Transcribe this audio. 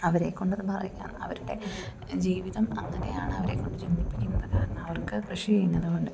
അവരെകൊണ്ട് അത് പറയാൻ അവരുടെ ജീവിതം അങ്ങനെയാണ് അവരെക്കൊണ്ട് ചിന്തിപ്പിക്കുന്നത് കാരണം അവർക്ക് കൃഷി ചെയ്യുന്നത് കൊണ്ട്